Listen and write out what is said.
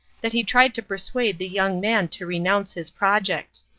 that he tried to persuade the young man to renounce his project.